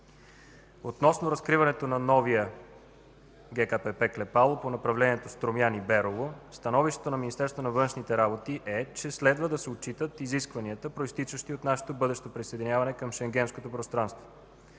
Относно разкриването на новия ГКПП „Клепало” по направлението Струмяни – Берово, становището на Министерството на външните работи е, че следва да се отчитат изискванията, произтичащи от нашето бъдещо присъединяване към Шенгенското пространство.